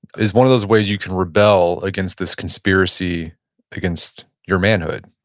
is one of those ways you can rebel against this conspiracy against your manhood.